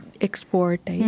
export